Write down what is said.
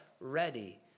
ready